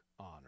honor